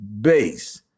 base